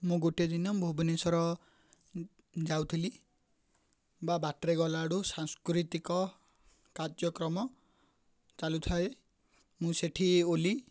ମୁଁ ଗୋଟେ ଦିନ ଭୁବନେଶ୍ୱର ଯାଉଥିଲି ବା ବାଟରେ ଗଲାବେଳକୁ ସାଂସ୍କୃତିକ କାର୍ଯ୍ୟକ୍ରମ ଚାଲୁଥାଏ ମୁଁ ସେଠିକୁ ଗଲି